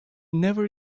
never